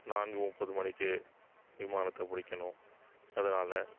நான்கு முப்பது மணிக்கு விமானத்தை பிடிக்கணும் அதனால்